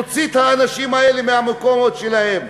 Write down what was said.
להוציא את האנשים האלה מהמקומות האלה?